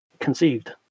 conceived